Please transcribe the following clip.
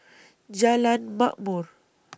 Jalan Ma'mor